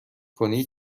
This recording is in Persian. کنی